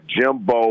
Jimbo